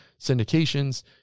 syndications